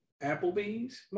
Applebee's